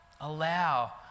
Allow